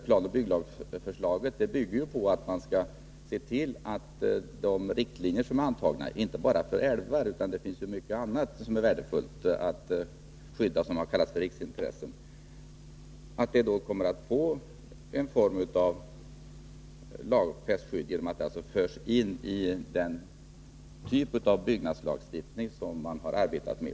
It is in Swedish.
Planoch bygglagförslaget bygger på att man skall se till att de riktlinjer som är antagna — inte bara för älvar, det finns också annat som är värdefullt att skydda och som har riksintresse — får en form av lagfäst skydd genom att de förs in i den typ av byggnadslagstiftning som man nu arbetar med.